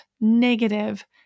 negative